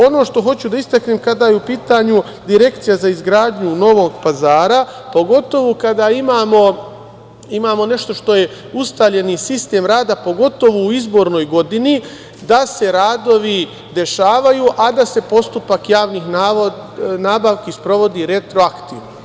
Ono što hoću da istaknem kada je u pitanju Direkcija za izgradnju Novog Pazara, pogotovo kada imamo nešto što je ustaljeni sistem rada, pogotovo u izbornoj godini, da se radovi dešavaju, a da se postupak javnih nabavki sprovodi retroaktivno.